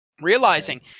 realizing